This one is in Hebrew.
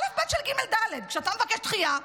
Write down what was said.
אלף-בית של גימל-דלת, כשאתה מבקש דחייה,